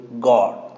God